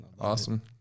awesome